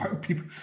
people